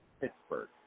Pittsburgh